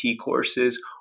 courses